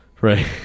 right